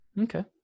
Okay